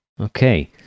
Okay